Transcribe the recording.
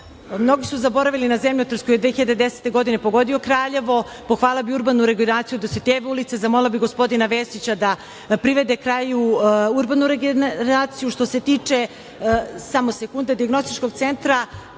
su zaboravili na zemljotres koji je 2010. godine pogodio Kraljevo, pohvalila bih urbanu regeneraciju Dositejeve ulice, zamolila bih gospodina Vesića da privede kraju urbanu regeneraciju. Što se tiče dijagnostičkog centra